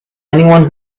anyone